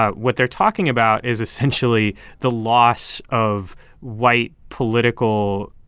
ah what they're talking about is, essentially, the loss of white political.